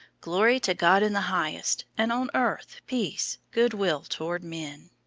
glory to god in the highest, and on earth peace, good will toward men.